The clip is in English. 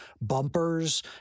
bumpers